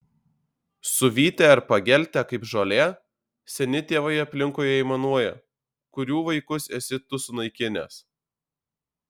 suvytę ir pageltę kaip žolė seni tėvai aplinkui aimanuoja kurių vaikus esi tu sunaikinęs